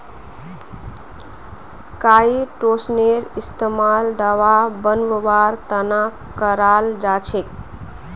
काईटोसनेर इस्तमाल दवा बनव्वार त न कराल जा छेक